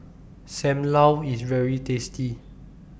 SAM Lau IS very tasty